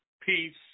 peace